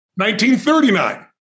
1939